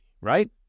right